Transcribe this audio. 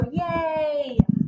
yay